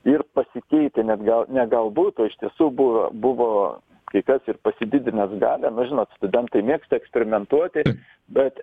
ir pasikeitę net gal ne galbūt iš tiesų buvo buvo kai kas ir pasididinęs galią nu žinot studentai mėgsta eksperimentuoti bet